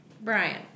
Brian